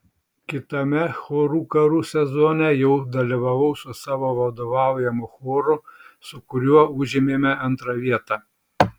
kitame chorų karų sezone jau dalyvavau su savo vadovaujamu choru su kuriuo užėmėme antrą vietą